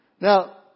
Now